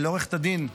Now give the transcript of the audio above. לעורכת-הדין,